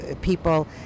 people